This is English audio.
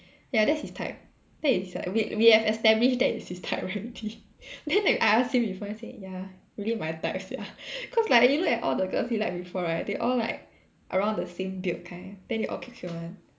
ya that's his type that is we we have established that is his type already then I ask him before he say ya really my type sia cause like you look at all the girls he liked before right they all like around the same build kind then they all cute cute [one]